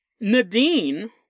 Nadine